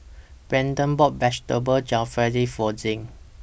Brandan bought Vegetable Jalfrezi For Shep